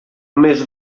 més